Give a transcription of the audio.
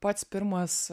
pats pirmas